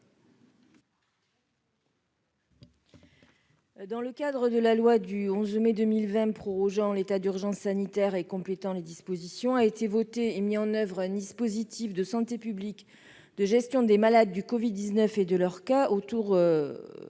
Dans le cadre de la loi du 11 mai 2020 prorogeant l'état d'urgence sanitaire et complétant ses dispositions a été voté et mis en oeuvre un dispositif de santé publique de gestion des malades du Covid-19 et de leurs cas contacts autour de « brigades